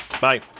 bye